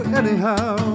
anyhow